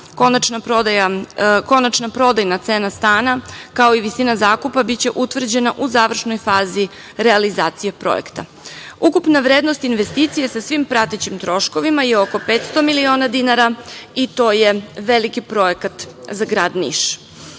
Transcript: Konačna prodajna cena stana, kao i visina zakupa biće utvrđena u završnoj fazi realizacije projekta. Ukupna vrednost investicije sa svim pratećim troškovima je oko 500 miliona dinara i to je veliki projekat za grad